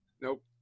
nope